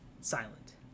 Silent